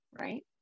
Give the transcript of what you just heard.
right